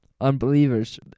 unbelievers